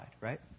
right